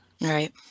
Right